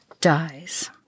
dies